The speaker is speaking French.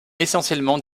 essentiellement